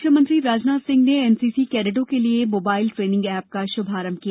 रक्षा मंत्री राजनाथ सिंह ने एनसीसी कैडेटों के लिये मोबाइल ट्रेनिंग एप का शुभारंभ किया